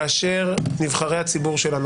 כאשר נבחרי הציבור שלנו,